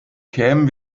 kämen